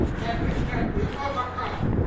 and it can be overcome